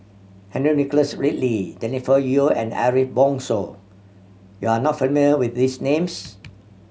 Henry Nicholas Ridley Jennifer Yeo and Ariff Bongso you are not familiar with these names